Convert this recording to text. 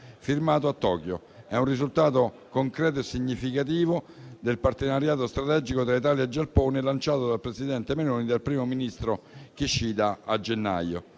firmato a Tokyo. È un risultato concreto e significativo del partenariato strategico tra l'Italia e il Giappone lanciato dal presidente Meloni e dal primo ministro Kishida a gennaio.